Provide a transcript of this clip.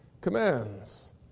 commands